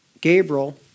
Gabriel